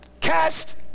cast